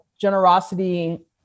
generosity